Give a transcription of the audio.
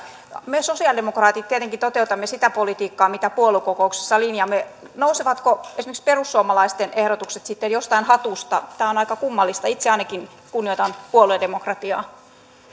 me sosiaalidemokraatit tietenkin toteutamme sitä politiikkaa mitä puoluekokouksessa linjaamme nousevatko esimerkiksi perussuomalaisten ehdotukset sitten jostain hatusta tämä on aika kummallista itse ainakin kunnioitan puoluedemokratiaa myönnän vielä